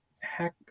hack